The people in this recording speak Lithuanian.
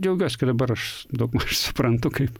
džiaugiuos kad dabar aš daugmaž suprantu kaip